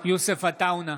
יוסף עטאונה,